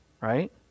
right